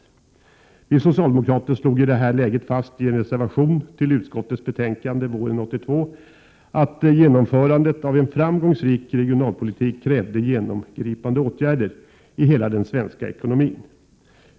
Vi socialdemokrater slog i det här läget fast i en reservation till utskottets betänkande våren 1982 att genomförandet av en framgångsrik regionalpolitik krävde genomgripande åtgärder i hela den svenska ekonomin.